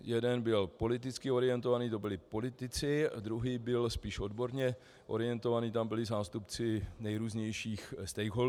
Jeden byl politicky orientovaný, to byli politici, a druhý byl spíš odborně orientovaný, tam byli zástupci nejrůznějších stakeholderů.